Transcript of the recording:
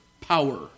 power